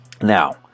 now